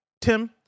Tim